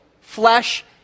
flesh